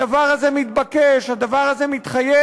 הדבר הזה מתבקש, הדבר הזה מתחייב,